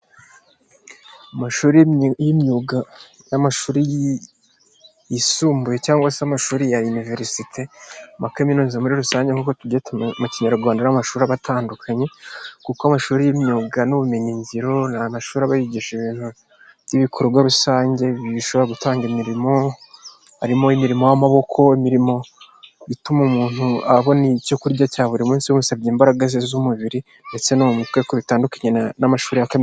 Amashuri y'imyuga n'amashuri yisumbuye cyangwa se amashuri ya iniverisite cyangwa se amakaminuza muri rusange nkuko tubyita mu Kinyarwanda n'amashuri atandukanye kuko amashuri y' imyuga n'ubumenyingiro ni amashuri bigisha ibintu by'ibikorwa rusange bishobora gutanga imirimo, harimo imirimo y'amaboko ,imirimo ituma umuntu abona icyo kurya cya buri munsi bisabye imbaraga ze z'umubiri ndetse no mu mu mutwe bitandukanye n'amashuri ya za kaminuza.